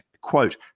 quote